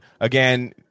again